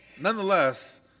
Nonetheless